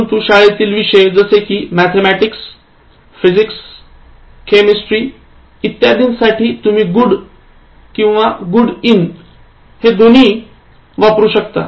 परंतु शाळेतील विषय जसे कि मॅथेमॅटिकस फिजिक्स केमिस्टरी इत्यांदींसाठी तुम्ही good a किंवा good in हे दोन्ही वापरू वापरू शकता